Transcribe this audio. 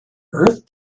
earth